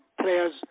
players